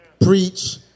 Preach